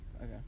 Okay